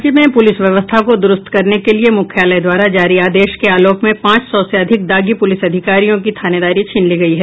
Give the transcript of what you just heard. राज्य में पुलिस व्यवस्था को दुरुस्त करने के लिए मुख्यालय द्वारा जारी आदेश के आलोक में पांच सौ से अधिक दागी पूलिस अधिकारियों की थानेदारी छीन ली गयी है